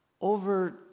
over